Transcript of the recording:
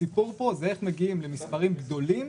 הסיפור הוא זה איך מגיעים למספרים גדולים